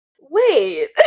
wait